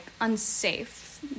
unsafe